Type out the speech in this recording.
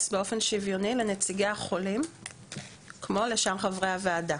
באופן שוויוני לנציגי החולים כמו לשאר חברי הוועדה.